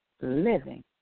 living